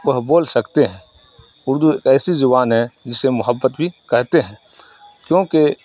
وہ بول سکتے ہیں اردو ایسی زبان ہے جسے محبت بھی کہتے ہیں کیونکہ